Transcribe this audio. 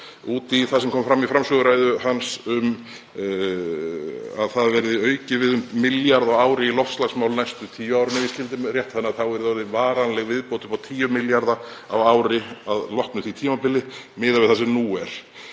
út í það sem kom fram í framsöguræðu hans um að það verði aukið um milljarð á ári í loftslagsmál næstu tíu árin, ef ég skildi rétt, þannig að þá yrði orðin varanleg viðbót upp á 10 milljarða á ári að loknu því tímabili miðað við það sem nú er.